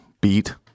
beat